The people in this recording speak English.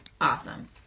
Awesome